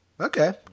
okay